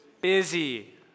busy